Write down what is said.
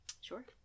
Sure